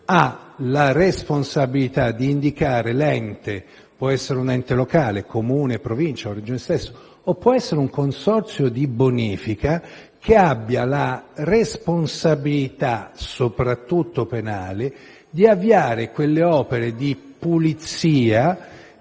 ha la responsabilità di indicare l'ente - che può essere un ente locale, un Comune, una Provincia, la stessa Regione, un consorzio di bonifica - che avrà la responsabilità, soprattutto penale, di avviare le opere di pulizia